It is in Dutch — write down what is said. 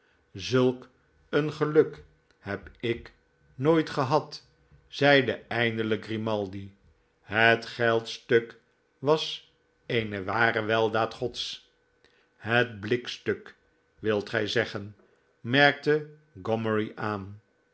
zulk een geluk heb ik nooit gehad zeide eindelijk grimaldi het geldstuk was eene ware weldaad gods het blikstuk wilt gij zeggen merkte gomery aan